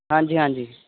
ਹਾਂਜੀ ਹਾਂਜੀ